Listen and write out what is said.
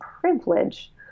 privilege